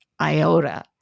iota